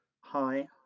hi